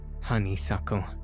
Honeysuckle